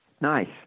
Nice